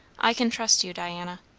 i can trust you, diana.